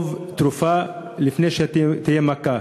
טוב תרופה לפני שתהיה מכה,